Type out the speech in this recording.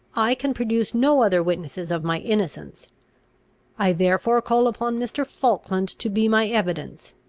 i can produce no other witnesses of my innocence i therefore call upon mr. falkland to be my evidence.